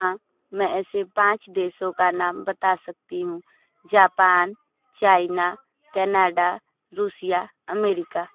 हाँ मैं ऐसे पाँच देशों का नाम बता सकती हूँ Japan China Canada Russia America